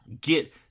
Get